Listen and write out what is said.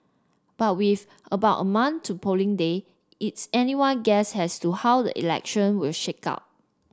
but with about a month to polling day it's anyone guess as to how the election will shake out